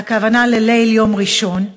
והכוונה לליל יום ראשון,